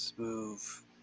Move